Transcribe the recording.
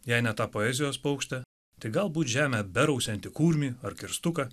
jei ne tą poezijos paukštę tai galbūt žemę berausianti kurmį ar kirstuką